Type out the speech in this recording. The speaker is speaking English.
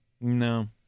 no